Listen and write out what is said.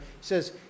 says